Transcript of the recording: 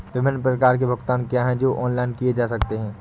विभिन्न प्रकार के भुगतान क्या हैं जो ऑनलाइन किए जा सकते हैं?